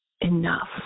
enough